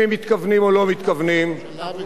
באופן טבעי יש הסתגרות,